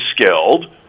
skilled